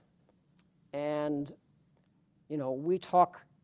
and you know we talk